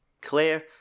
Claire